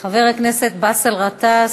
חבר הכנסת באסל גטאס,